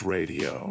Radio